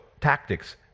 tactics